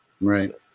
Right